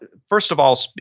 and first of all,